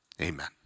amen